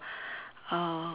uh